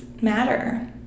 matter